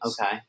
Okay